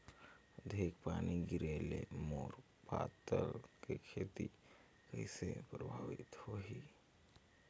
अधिक पानी गिरे ले मोर पताल के खेती कइसे प्रभावित होही?